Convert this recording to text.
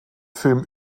film